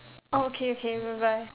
oh okay okay bye bye